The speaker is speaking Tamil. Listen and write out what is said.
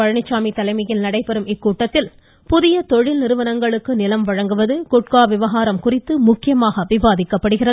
பழனிச்சாமி தலைமையில் நடைபெறும் இக்கூட்டத்தில் புதிய தொழில்நிறுவனங்களுக்கு நிலம் வழங்குவது குட்கா விவகாரம் குறித்து முக்கியமாக விவாதிக்கப்படுகிறது